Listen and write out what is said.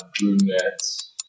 brunettes